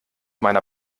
meiner